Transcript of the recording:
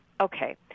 okay